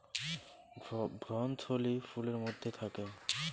ভ্রূণথলি ফুলের মধ্যে থাকে